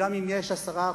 וגם אם יש 10%,